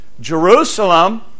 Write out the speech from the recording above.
Jerusalem